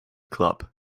club